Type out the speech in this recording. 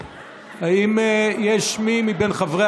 האם יש מי מבין חברי